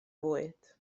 fwyd